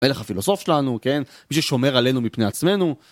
מלך הפילוסוף שלנו, כן, מי ששומר עלינו מפני עצמנו.